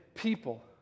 people